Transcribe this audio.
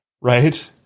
right